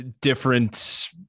different